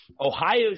Ohio